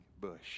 bush